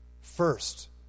First